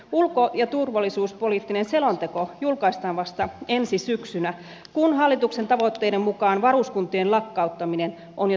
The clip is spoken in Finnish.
ulko ja turvallisuuspoliittinen selonteko julkaistaan vasta ensi syksynä kun hallituksen tavoitteiden mukaan varuskuntien lakkauttaminen on jo täydessä käynnissä